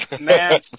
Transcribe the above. Man